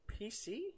PC